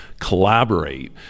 collaborate